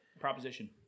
proposition